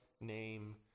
name